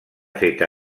feta